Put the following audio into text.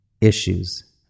issues